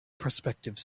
prospective